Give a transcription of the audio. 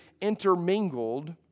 intermingled